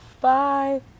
Bye